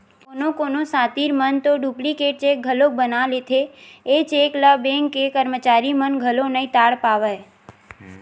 कोनो कोनो सातिर मन तो डुप्लीकेट चेक घलोक बना लेथे, ए चेक ल बेंक के करमचारी मन घलो नइ ताड़ पावय